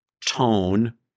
tone